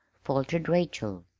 faltered rachel.